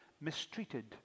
mistreated